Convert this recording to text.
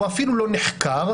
הוא אפילו לא נחקר,